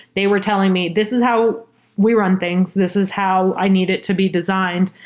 they were telling me, this is how we run things. this is how i need it to be designed.